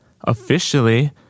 Officially